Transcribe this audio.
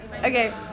Okay